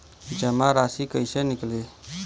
जमा राशि कइसे निकली?